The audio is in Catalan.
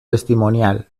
testimonial